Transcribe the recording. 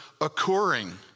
occurring